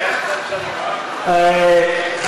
אדוני היושב-ראש, טעיתי בהצבעה שלי.